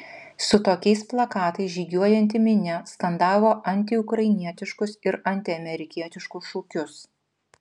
su tokiais plakatais žygiuojanti minia skandavo antiukrainietiškus ir antiamerikietiškus šūkius